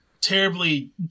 terribly